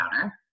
counter